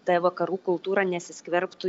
ta vakarų kultūra nesiskverbtų